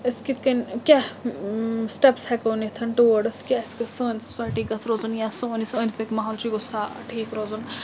أسۍ کِتھ کٔنۍ کیٛاہ سِٮ۪ٹپٕس ہٮ۪کو نِتھ ٹُوٲڈٕز کہِ اَسہِ گٔژھ سٲنۍ سوسایٹی گٔژھ روزُن یا سون یُس أنٛدۍ پٔکۍ محول چھُ یہِ گوٚژھ سا ٹھیٖک روزُن